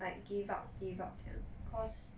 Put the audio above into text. like give up give up 酱 cause